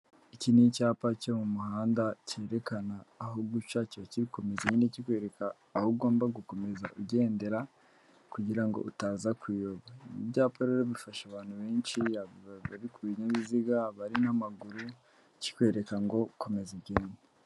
Iki ni icyapa cyo mu muhanda cyerekana aho guca kiba gikomeza kikikwereka aho ugomba gukomeza ugendera kugira utazayoba, ibyapa rero bifasha abantu benshi yavugaga abari ku binyabiziga abari n'amaguru kikwereka ngo komeza ugende.